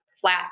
flat